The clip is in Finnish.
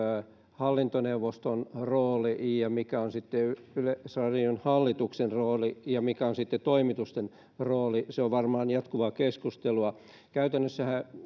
hallintoneuvoston rooli ja mikä on sitten yleisradion hallituksen rooli ja mikä on sitten toimitusten rooli se on varmaan jatkuvaa keskustelua käytännössähän